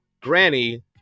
Granny